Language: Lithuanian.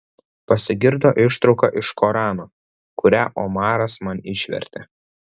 pasigirdo ištrauka iš korano kurią omaras man išvertė